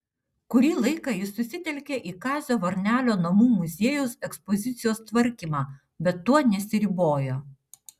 kurį laiką ji susitelkė į kazio varnelio namų muziejaus ekspozicijos tvarkymą bet tuo nesiribojo